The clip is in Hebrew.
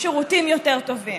שירותים יותר טובים,